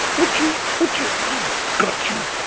would you, would you, i've got you